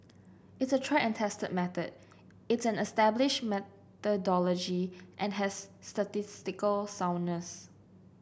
it's a tried and tested method it's an established methodology and has statistical soundness